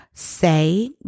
Say